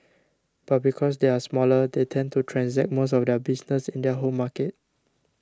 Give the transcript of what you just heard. but because they are smaller they tend to transact most of their business in their home markets